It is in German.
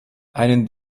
einen